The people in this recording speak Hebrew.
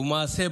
ולמעשה,